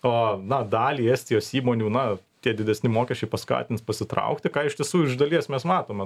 o na dalį estijos įmonių na tie didesni mokesčiai paskatins pasitraukti ką iš tiesų ir iš dalies mes matome